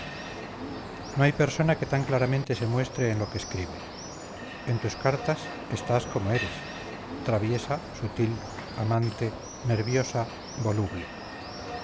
no hay persona que tan claramente se muestre en lo que escribe en tus cartas estás como eres traviesa sutil amante nerviosa voluble